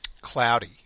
cloudy